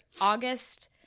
August